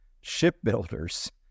shipbuilders